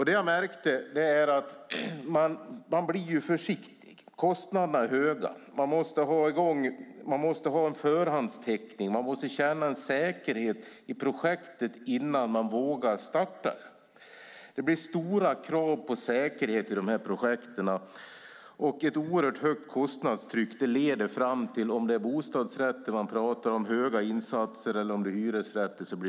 Det jag märkte är att man blir försiktig. Kostnaderna är höga. Man måste ha en förhandsteckning och känna en säkerhet i projektet innan man vågar starta. Det blir stora krav på säkerhet i dessa projekt, och ett oerhört högt kostnadstryck leder till höga insatser för bostadsrätter eller höga hyror för hyresrätter.